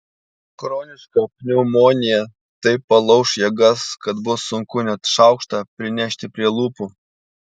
chroniška pneumonija taip palauš jėgas kad bus sunku net šaukštą prinešti prie lūpų